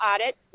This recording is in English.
audit